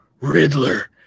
Riddler